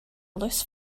loose